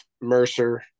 Mercer